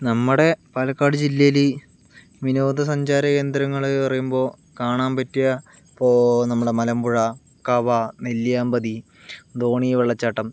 നമ്മുടെ പാലക്കാട് ജില്ലയിൽ വിനോദസഞ്ചാര കേന്ദ്രങ്ങൾ എന്ന് പറയുമ്പോൾ കാണാൻ പറ്റിയ ഇപ്പോൾ നമ്മുടെ മലമ്പുഴ കവ നെല്ലിയാമ്പതി ധോണി വെള്ളച്ചാട്ടം